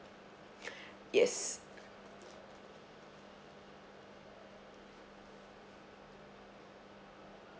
yes